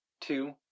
two